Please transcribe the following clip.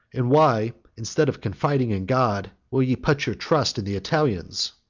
and why, instead of confiding in god, will ye put your trust in the italians?